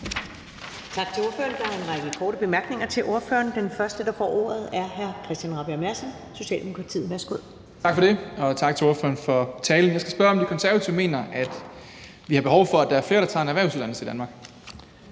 Tak til ordføreren. Der er en række korte bemærkninger til ordføreren, og den første, der får ordet, er hr. Christian Rabjerg Madsen, Socialdemokratiet. Værsgo. Kl. 15:45 Christian Rabjerg Madsen (S): Tak for det, og tak til ordføreren for talen. Jeg skal spørge, om De Konservative mener, at vi har behov for, at der er flere, der tager en erhvervsuddannelse i Danmark.